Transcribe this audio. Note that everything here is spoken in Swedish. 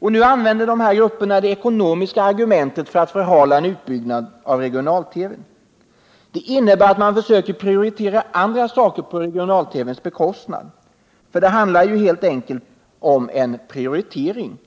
Nu använder dessa grupper det ekonomiska argumentet för att förhala en utbyggnad av regional-TV. Det innebär att man försöker prioritera andra saker på regional-TV:s bekostnad, för det handlar i första hand om en prioritering.